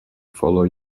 follow